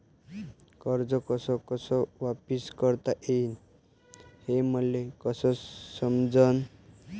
कर्ज कस कस वापिस करता येईन, हे मले कस समजनं?